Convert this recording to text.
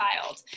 child